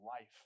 life